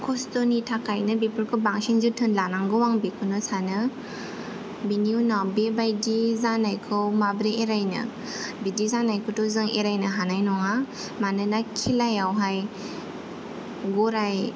खस्त'नि थाखायनो बेफोरखौ बांसिन जोथोन लानांगौ आं बेखौनो सानो बिनि उनाव बेबादि जानायखौ माबोरै एरायनो बिदि जानायखौथ' जों एरायनो हानाय नङा मानोना खेलायाव हाय गराय